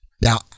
Now